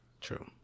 True